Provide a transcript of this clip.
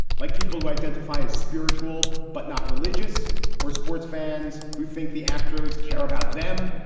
like people who identify as spiritual but not religious or sports fans who think the astros care about them.